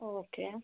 okay